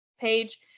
page